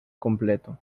completo